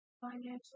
financial